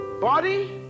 body